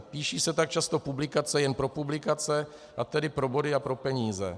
Píší se tak často publikace jen pro publikace a tedy pro body a pro peníze.